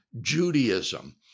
Judaism